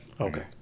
Okay